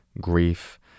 Grief